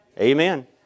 Amen